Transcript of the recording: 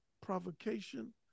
provocation